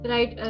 Right